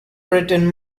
written